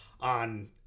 on